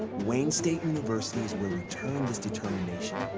wayne state university will turn this determination